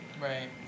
Right